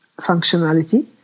functionality